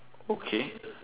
okay